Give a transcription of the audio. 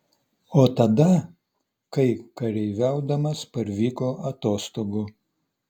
o tada kai kareiviaudamas parvyko atostogų